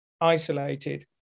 isolated